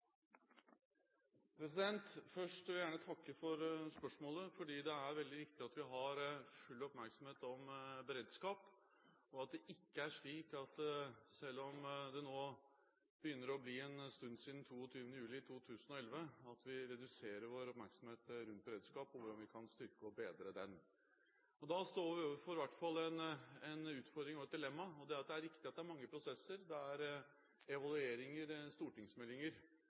Først vil jeg gjerne takke for spørsmålet. Det er veldig viktig at vi har full oppmerksomhet om beredskap, og det er ikke slik at vi – selv om det nå begynner å bli en stund siden 22. juli 2011 – reduserer vår oppmerksomhet rundt beredskapen og hvordan vi kan styrke og bedre den. Da står vi overfor i hvert fall én utfordring og et dilemma, og det er at det er riktig at det er mange prosesser, evalueringer og stortingsmeldinger som gjennomføres, som er